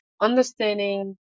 understanding